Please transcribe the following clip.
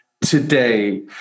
today